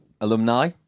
alumni